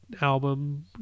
album